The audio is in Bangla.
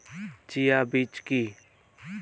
চিয়া বীজ কী?